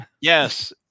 Yes